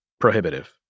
prohibitive